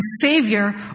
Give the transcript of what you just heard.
Savior